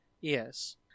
Yes